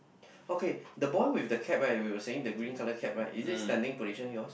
okay the boy with the cap right we were saying the green colour cap right is it standing position yours